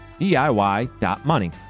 DIY.money